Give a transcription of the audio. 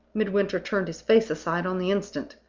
midwinter turned his face aside on the instant,